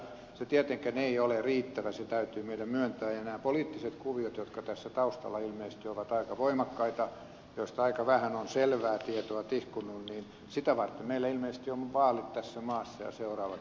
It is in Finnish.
se tietenkään ei ole riittävä se täytyy meidän myöntää ja näitä poliittisia kuvioita varten jotka tässä taustalla ilmeisesti ovat aika voimakkaita ja joista aika vähän on selvää tietoa tihkunut meillä ilmeisesti on vaalit tässä maassa ja seuraavat hallitusneuvottelut